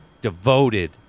devoted